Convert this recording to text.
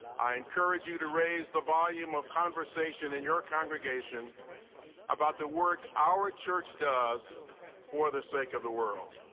i encourage you to raise the volume of conversation in your congregation about the work our church does for the sake of the world.